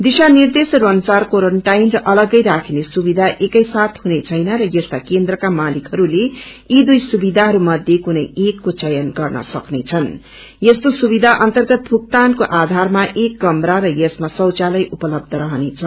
दिशा निर्देशहरू अनुसार क्वारेन्टाईनर अलग्गै राष्टिने सुविधा एकै साथ हुनेछैन र यस्ता केन्द्रका मालिकहरूले यी दुई सुविधाहरू मध्ये कुनै एकको चयन गर्न सक्नेछन् यस्तो सुविधा अर्न्तत भुगतानको आधारमा एक कमरा र यसमा शैचालय उपलब्ब रहनेछ